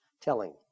telling